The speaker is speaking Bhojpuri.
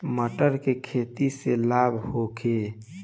मटर के खेती से लाभ होखे?